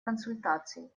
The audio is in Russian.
консультаций